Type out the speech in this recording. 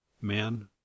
man